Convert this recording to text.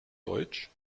deutsch